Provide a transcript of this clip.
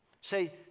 Say